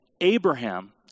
Abraham